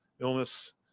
illness